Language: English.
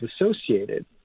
associated